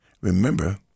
Remember